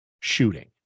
shooting